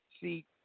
See